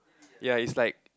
ya is like